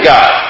God